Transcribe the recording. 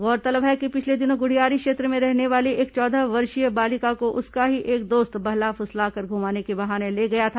गौरतलब है कि पिछले दिनों गुढ़ियारी क्षेत्र में रहने वाली एक चौदह वर्षीय बालिका को उसका ही एक दोस्त बहला फुसलाकर घूमाने के बहाने ले गया था